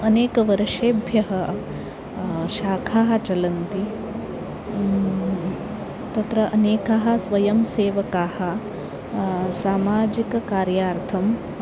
अनेकवर्षेभ्यः शाखाः चलन्ति तत्र अनेकाः स्वयं सेवकाः सामाजिककार्यार्थं